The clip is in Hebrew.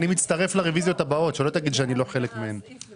רביזיה על פניות מספר 76-80: